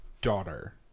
daughter